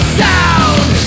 sound